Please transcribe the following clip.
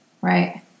Right